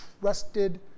trusted